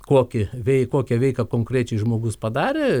kokį bei kokią veiką konkrečiai žmogus padarė